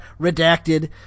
Redacted